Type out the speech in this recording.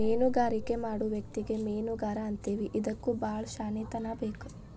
ಮೇನುಗಾರಿಕೆ ಮಾಡು ವ್ಯಕ್ತಿಗೆ ಮೇನುಗಾರಾ ಅಂತೇವಿ ಇದಕ್ಕು ಬಾಳ ಶ್ಯಾಣೆತನಾ ಬೇಕ